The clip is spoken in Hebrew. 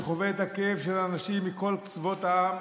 אני חווה את הכאב של האנשים מכל קצוות העם,